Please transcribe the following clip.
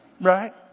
right